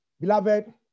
Beloved